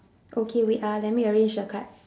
okay wait ah let me arrange the card